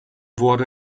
wurde